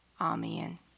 Amen